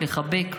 לחבק,